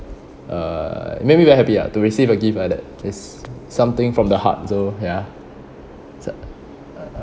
uh make me very happy ah to receive a gift like that it's something from the heart so ya